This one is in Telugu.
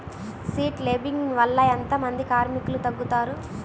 సీడ్ లేంబింగ్ వల్ల ఎంత మంది కార్మికులు తగ్గుతారు?